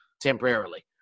temporarily